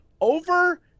over